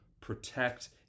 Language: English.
protect